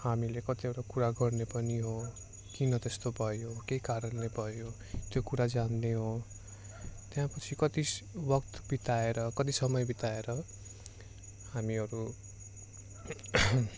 हामीले कतिवटा कुरा गर्ने पनि हो किन त्यस्तो भयो के कारणले भयो त्यो कुरा जान्ने हो त्यहाँपछि कति वक्त बिताएर कति समय बिताएर हामीहरू